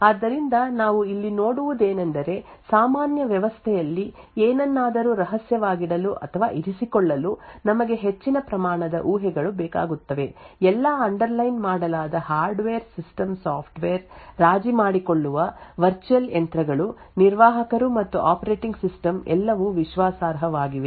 ಆದ್ದರಿಂದ ನಾವು ಇಲ್ಲಿ ನೋಡುವುದೇನೆಂದರೆ ಸಾಮಾನ್ಯ ವ್ಯವಸ್ಥೆಯಲ್ಲಿ ಏನನ್ನಾದರೂ ರಹಸ್ಯವಾಗಿಡಲು ಅಥವಾ ಇರಿಸಿಕೊಳ್ಳಲು ನಮಗೆ ಹೆಚ್ಚಿನ ಪ್ರಮಾಣದ ಊಹೆಗಳು ಬೇಕಾಗುತ್ತವೆ ಎಲ್ಲಾ ಅಂಡರ್ಲೈನ್ ಮಾಡಲಾದ ಹಾರ್ಡ್ವೇರ್ ಸಿಸ್ಟಮ್ ಸಾಫ್ಟ್ವೇರ್ ರಾಜಿ ಮಾಡಿಕೊಳ್ಳುವ ವರ್ಚುಯಲ್ ಯಂತ್ರಗಳು ನಿರ್ವಾಹಕರು ಮತ್ತು ಆಪರೇಟಿಂಗ್ ಸಿಸ್ಟಮ್ ಎಲ್ಲವೂ ವಿಶ್ವಾಸಾರ್ಹವಾಗಿವೆ